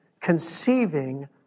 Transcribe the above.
conceiving